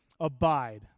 Abide